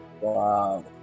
Wow